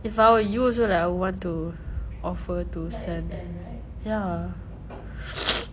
if I were you also I would want to offer to send ya